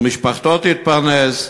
ומשפחתו תתפרנס,